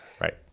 right